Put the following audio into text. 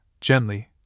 gently